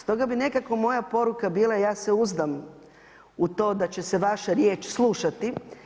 Stoga bi nekako moja poruka bila, ja se uzdam u to da će se vaša riječ slušati.